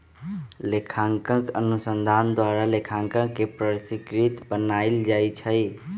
लेखांकन अनुसंधान द्वारा लेखांकन के परिष्कृत बनायल जाइ छइ